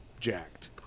jacked